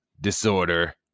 disorder